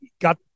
got